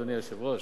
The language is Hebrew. אדוני היושב-ראש.